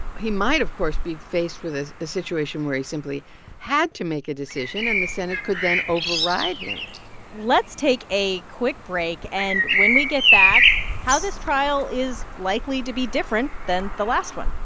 he might, of course, be faced with a situation where he simply had to make a decision, and the senate could then override him let's take a quick break. and when we get back how this trial is likely to be different than the last one,